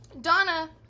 Donna